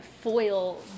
foil